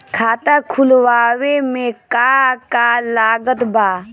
खाता खुलावे मे का का लागत बा?